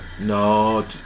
no